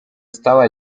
estaba